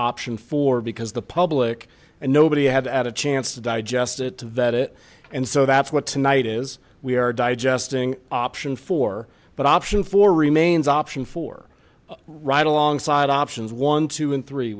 option for because the public and nobody had to add a chance to digest it to vet it and so that's what tonight is we are digesting option four but option four remains option four right alongside options one two and three